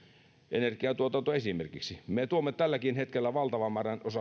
energiantuotanto esimerkiksi me tuomme tälläkin hetkellä valtavan